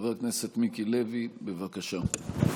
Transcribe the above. חבר הכנסת מיקי לוי, בבקשה.